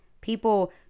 People